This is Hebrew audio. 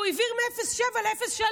הוא העביר מ-07 ל-03.